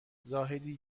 زاهدی